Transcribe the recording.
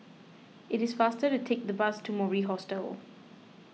it is faster to take the bus to Mori Hostel